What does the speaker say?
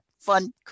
fun